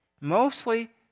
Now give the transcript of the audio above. Mostly